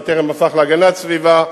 בטרם הפך להגנת הסביבה,